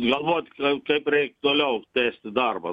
galvot ka kaip reik toliau tęsti darbą